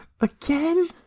Again